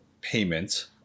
payment